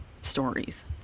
stories